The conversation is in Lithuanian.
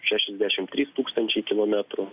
šešiasdešim trys tūkstančiai kilometrų